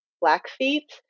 blackfeet